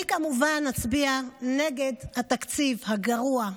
אני כמובן אצביע נגד התקציב הגרוע,